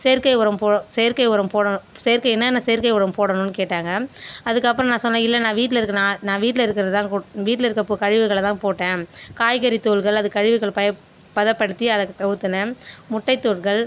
செயற்கை உரம் போ செயற்கை உரம் போட செயற்கை என்னான்ன செயற்கை உரம் போடணுன்னு கேட்டாங்க அதுக்கு அப்புறம் நான் சொன்னேன் இல்லை வீட்டில் இருக்கிற நான் நான் வீட்டில் இருக்குறதை தான் கொட் வீட்டில் இருக்கிற பொ கழிவுகள தான் போட்டேன் காய்கறி தோல்கள் அது கழிவுகளை ப பதப்படுத்தி அதுக்கு ஊற்றுனேன் முட்டை தோல்கள்